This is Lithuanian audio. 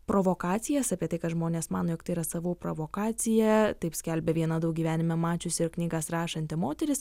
provokacijas apie tai kad žmonės mano jog tai yra savų provokacija taip skelbia viena daug gyvenime mačiusi ir knygas rašanti moteris